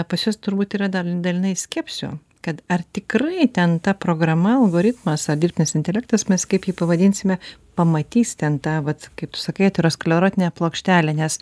pas juos turbūt yra dar dalinai skepsio kad ar tikrai ten ta programa algoritmas ar dirbtinis intelektas mes kaip jį pavadinsime pamatys ten tą vat kaip tu sakai aterosklerotinę plokštelę nes